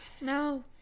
no